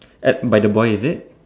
at by the boy is it